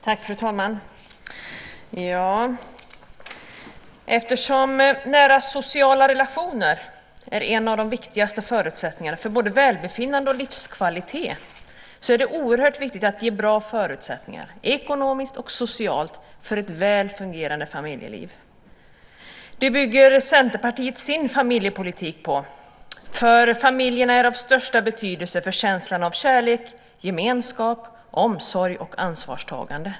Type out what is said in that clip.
Fru talman! Eftersom nära sociala relationer är en av de viktigaste förutsättningarna för både välbefinnande och livskvalitet är det oerhört viktigt att ge bra förutsättningar ekonomiskt och socialt för ett väl fungerande familjeliv. Detta bygger Centerpartiet sin familjepolitik på, för familjen är av största betydelse för känslan av kärlek, gemenskap, omsorg och ansvarstagande.